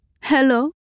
hello